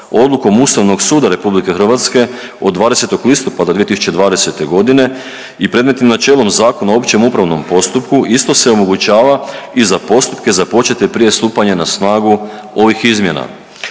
odlukom Ustavnog suda RH od 20. listopada 2020.g. i predmetnim načelom Zakona o općem upravnom postupku isto se omogućava i za postupke započete prije stupanja na snagu ovih izmjena.